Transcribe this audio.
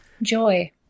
joy